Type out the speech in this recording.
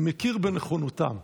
מכיר בנכונותם.